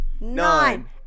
nine